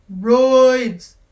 roids